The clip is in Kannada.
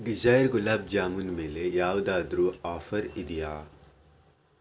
ಡಿಸೈರ್ ಗುಲಾಬ್ ಜಾಮೂನ್ ಮೇಲೆ ಯಾವುದಾದ್ರು ಆಫರ್ ಇದೆಯಾ